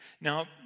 Now